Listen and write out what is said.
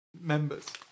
members